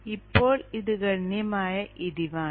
ഇപ്പോൾ ഇത് ഗണ്യമായ ഇടിവാണ്